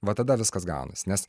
va tada viskas gaunasi nes